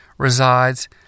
resides